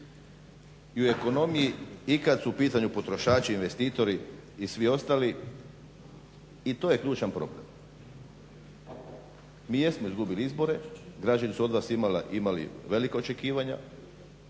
i u ekonomiji i kada su u pitanju potrošači i investitori i svi ostali i to je ključan problem. Mi jesmo izgubili izbore, građani su od vas imali velika očekivanja.